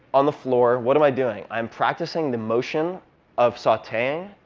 on the floor. what am i doing? i'm practicing the motion of sauteing,